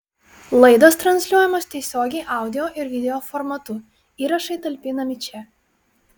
laidos transliuojamos tiesiogiai audio ir video formatu įrašai talpinami čia